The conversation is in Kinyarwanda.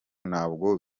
ntabwo